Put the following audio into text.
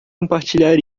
compartilhar